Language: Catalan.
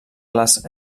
les